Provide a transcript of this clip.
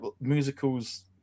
musicals